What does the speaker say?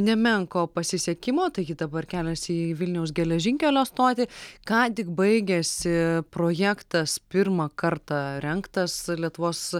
nemenko pasisekimo taigi dabar keliasi į vilniaus geležinkelio stotį ką tik baigėsi projektas pirmą kartą rengtas lietuvos